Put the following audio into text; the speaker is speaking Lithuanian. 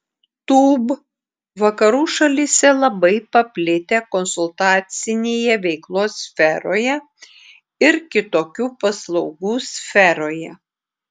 tūb vakarų šalyse labai paplitę konsultacinėje veiklos sferoje ir kitokių paslaugų sferoje